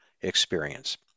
experience